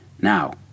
Now